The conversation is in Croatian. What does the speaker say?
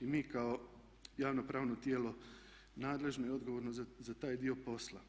i mi kao javno-pravno tijelo nadležno i odgovorno za taj dio posla.